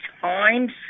times